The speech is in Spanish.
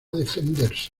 defenderse